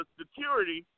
security